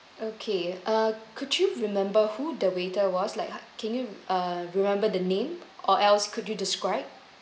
okay uh could you remember who the waiter was like uh can you uh remember the name or else could you describe